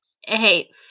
Hey